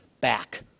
back